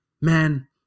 man